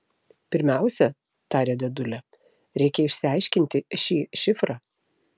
pirmiausia tarė dėdulė reikia išsiaiškinti šį šifrą